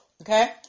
okay